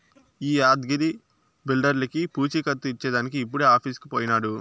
ఈ యాద్గగిరి బిల్డర్లకీ పూచీకత్తు ఇచ్చేదానికి ఇప్పుడే ఆఫీసుకు పోయినాడు